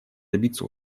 добиться